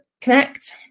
connect